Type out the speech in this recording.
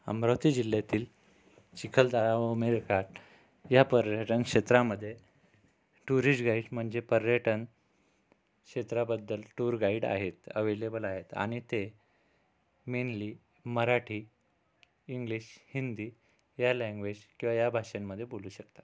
अमरावती जिल्ह्यातील चिखलदरा व मेळघाट ह्या पर्यटनक्षेत्रामध्ये टूरिस्ट गाईड म्हणजे पर्यटनक्षेत्राबद्दल टूर गाईड आहेत अव्हेलेबल आहेत आणि ते मेनली मराठी इंग्लिश हिंदी या लॅंग्वेज किंवा या भाषांमधे बोलू शकतात